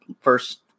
first